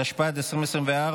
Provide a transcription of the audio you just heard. התשפ"ג 2023,